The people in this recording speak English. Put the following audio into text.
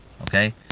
okay